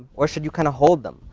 or should you kind of hold them,